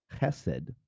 chesed